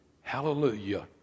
Hallelujah